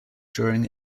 during